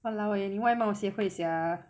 !walao! eh 你外貌协会 sia